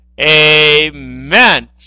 Amen